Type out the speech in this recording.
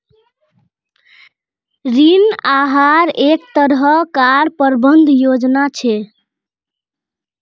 ऋण आहार एक तरह कार प्रबंधन योजना छे